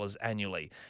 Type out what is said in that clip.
annually